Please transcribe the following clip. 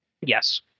Yes